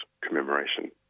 commemoration